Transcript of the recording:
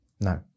No